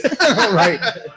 Right